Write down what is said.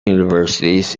universities